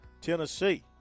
Tennessee